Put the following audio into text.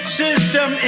system